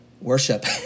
worship